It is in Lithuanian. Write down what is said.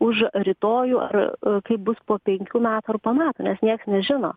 už rytojų ar kaip bus po penkių metų ar po metų nes nieks nežino